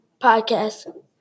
podcast